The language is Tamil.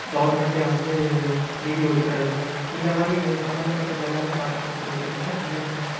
கவர்மென்ட்டே வந்து நிதி ஒதுக்குவது இந்த மாதிரி இது சம்மந்தப்பட்டது எல்லாமே பார்த்துக்க கூடிய திட்டம்தான் பிஎஸ்